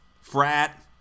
frat